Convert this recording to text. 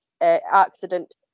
accident